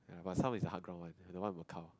ya but some is hard ground one like the one in Macau